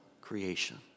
creation